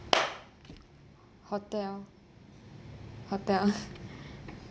hotel hotel